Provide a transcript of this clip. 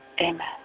Amen